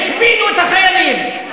השפילו את החיילים,